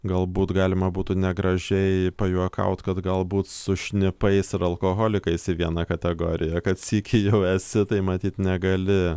galbūt galima būtų negražiai pajuokaut kad galbūt su šnipais ir alkoholikais į viena kategorija kad sykį jau esi tai matyt negali